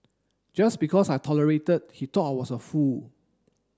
just because I tolerated he thought I was a fool